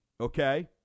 Okay